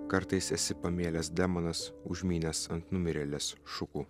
kartais esi pamėlęs demonas užmynęs ant numirėlės šukų